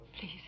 Please